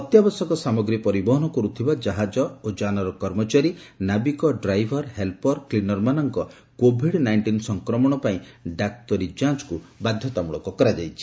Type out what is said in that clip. ଅତ୍ୟାବଶ୍ୟକ ସାମଗ୍ରୀ ପରିବହନ କର୍ଥିବା ଜାହାଜର ଓ ଯାନର କର୍ମଚାରୀ ନାବିକ ଡ୍ରାଇଭର୍ ହେଲ୍ପର କ୍ଲିନରମାନଙ୍କ କୋଭିଡ଼୍ ନାଇଷ୍ଟିନ୍ ସଂକ୍ରମଣ ପାଇଁ ଡାକ୍ତରୀ ଯାଞ୍ଚ୍କୁ ବାଧ୍ୟତାମଳକ କରାଯାଇଛି